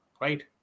right